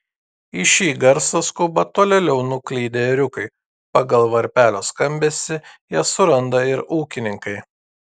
į šį garsą skuba tolėliau nuklydę ėriukai pagal varpelio skambesį jas suranda ir ūkininkai